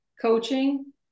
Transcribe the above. coaching